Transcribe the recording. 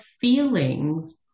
feelings